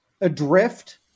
adrift